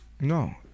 No